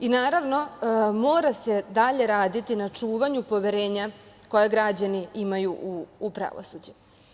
I naravno, mora se dalje raditi na čuvanju poverenja koje građani imaju u pravosuđe.